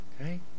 Okay